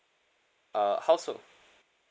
uh how so